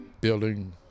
building